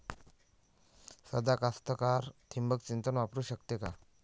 सादा कास्तकार ठिंबक सिंचन वापरू शकते का?